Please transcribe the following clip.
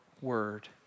word